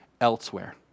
elsewhere